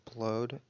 upload